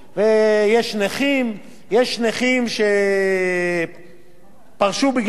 יש נכים שפרשו בגלל נכות בגלל פעילות בצבא,